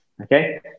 Okay